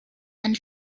and